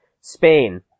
Spain